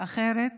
אחרת